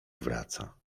wraca